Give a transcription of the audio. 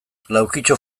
laukitxo